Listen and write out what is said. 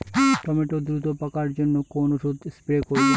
Tomato দ্রুত পাকার জন্য কোন ওষুধ স্প্রে করব?